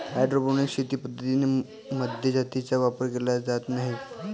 hydroponic शेती पद्धतीं मध्ये मातीचा वापर केला जात नाही